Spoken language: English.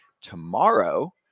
Tomorrow